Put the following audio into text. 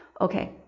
Okay